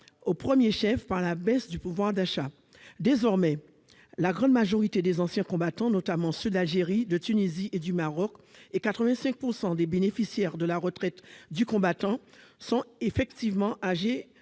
au premier chef par la baisse du pouvoir d'achat. Désormais, la grande majorité des anciens combattants, notamment ceux d'Algérie, de Tunisie et du Maroc, et 85 % des bénéficiaires de la retraite du combattant sont effectivement âgés